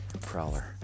Prowler